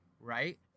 right